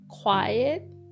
Quiet